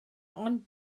ond